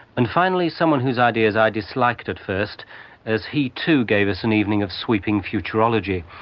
and finally, someone whose ideas i disliked at first as he too gave us an evening of sweeping futurology,